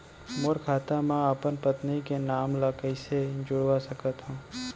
मोर खाता म अपन पत्नी के नाम ल कैसे जुड़वा सकत हो?